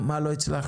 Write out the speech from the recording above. מה לא הצלחנו.